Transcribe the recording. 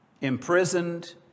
imprisoned